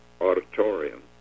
auditorium